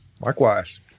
Likewise